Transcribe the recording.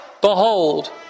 Behold